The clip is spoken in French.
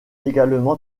également